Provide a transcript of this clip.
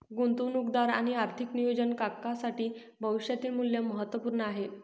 गुंतवणूकदार आणि आर्थिक नियोजन काकांसाठी भविष्यातील मूल्य महत्त्वपूर्ण आहे